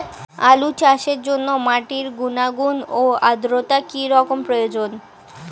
আলু চাষের জন্য মাটির গুণাগুণ ও আদ্রতা কী রকম প্রয়োজন?